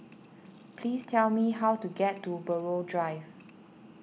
please tell me how to get to Buroh Drive